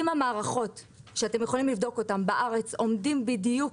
אם המערכות שאתם יכולים לבדוק אותם בארץ עומדים בדיוק